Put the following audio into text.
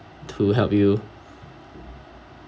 to help you